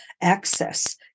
access